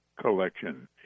collection